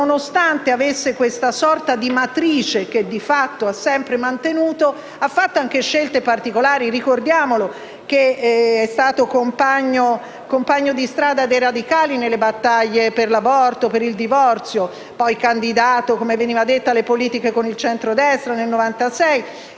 nonostante avesse questa sorta di matrice che di fatto ha sempre mantenuto, ha operato altre scelte particolari. Ricordiamolo: è stato compagno di strada dei radicali nelle battaglie per l'aborto e per il divorzio, poi candidato alle politiche con il centrodestra nel 1996